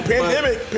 Pandemic